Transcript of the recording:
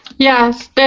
Yes